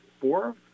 four